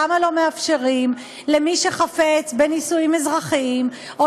למה לא מאפשרים למי שחפץ בנישואים אזרחיים או